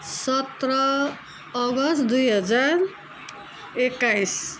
सत्र अगस्ट दुई हजार एक्काइस